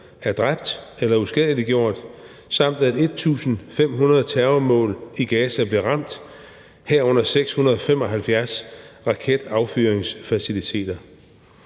er dræbt eller uskadeliggjort, samt at 1.500 terrormål i Gaza blev ramt, herunder 675 raketaffyringsfaciliteter.